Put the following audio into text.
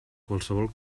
qualsevol